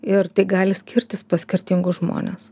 ir tai gali skirtis pas skirtingus žmones